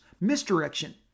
misdirection